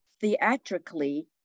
theatrically